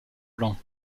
blanc